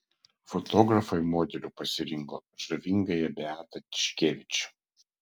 fotografai modeliu pasirinko žavingąją beatą tiškevič